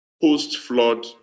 post-flood